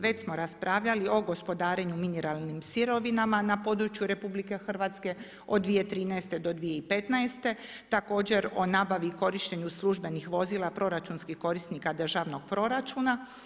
Već smo raspravljali o gospodarenju mineralnih sirovina na području RH od 2013.-2015. također o nabavi i korištenju službenih vozila proračunskih korisnika državnog proračuna.